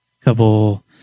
couple